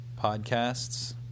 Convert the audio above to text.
podcasts